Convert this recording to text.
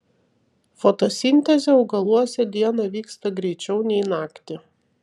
fotosintezė augaluose dieną vyksta greičiau nei naktį